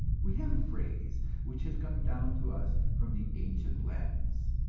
we have a phrase which has come down to us from the ancient latins,